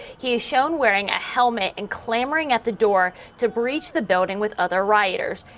he is shown wearing a helmet and clamoring at the door to breach the building with other writers.